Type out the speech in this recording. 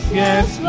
yes